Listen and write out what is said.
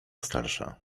starsza